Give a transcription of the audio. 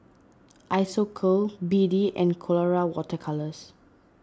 Isocal B D and Colora Water Colours